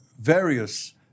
various